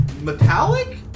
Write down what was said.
metallic